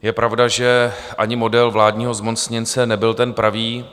Je pravda, že ani model vládního zmocněnce nebyl ten pravý.